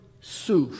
Suf